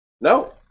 No